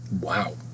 wow